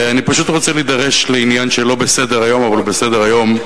אני פשוט רוצה להידרש לעניין שלא בסדר-היום אבל הוא בסדר-היום.